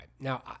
Now